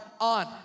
on